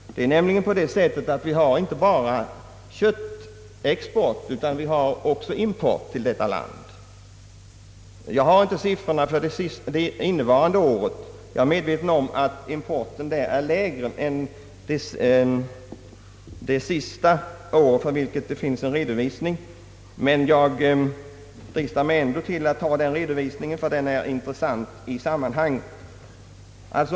Vi har inte bara köttexport, utan vi har också import till detta land. Jag har inte siffrorna för innevarande år. Jag är medveten om att importen detta år är lägre än det sista år för vilket det finns en full: ständig redovisning, men jag vill ändå åberopa denna redovisning, ty den är intressant i sammanhanget.